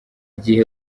gihe